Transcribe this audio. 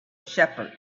shepherd